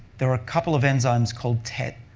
there are a couple of enzymes called tet,